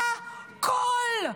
הכול.